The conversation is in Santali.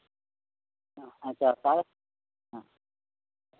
ᱟᱪᱪᱷᱟ ᱛᱟᱦᱞᱮ ᱦᱮᱸ